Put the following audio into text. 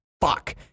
fuck